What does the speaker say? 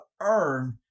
earn